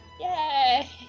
Yay